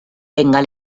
tenga